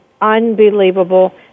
unbelievable